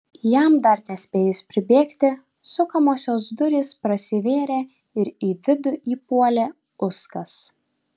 jam dar nespėjus pribėgti sukamosios durys prasivėrė ir į vidų įpuolė uskas